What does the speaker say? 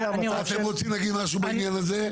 אתם רוצים להגיד משהו בעניין הזה?